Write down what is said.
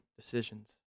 decisions